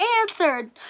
answered